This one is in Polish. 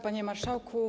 Panie Marszałku!